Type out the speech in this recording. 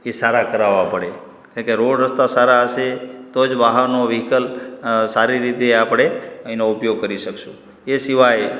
એ સારા કરાવવા પડે કાણકે રોડ રસ્તા સારા હશે તો જ વાહનો વ્હિકલ અ સારી રીતે આપણે એનો ઉપયોગ કરી શકીશું એ સિવાય